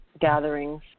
gatherings